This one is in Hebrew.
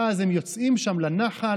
ואז הם יוצאים שם לנחל,